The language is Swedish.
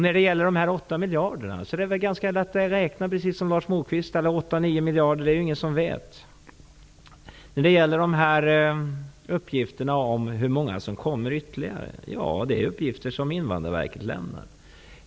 När det gäller de 8 miljarderna är det ganska lätt att räkna, precis som Lars Moquist säger, men om det är 8 eller 9 miljarder är det ingen som vet. Uppgifterna om hur många som kommer ytterligare är uppgifter som Invandrarverket lämnar.